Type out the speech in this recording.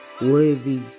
worthy